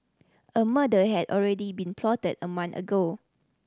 a murder had already been plotted a month ago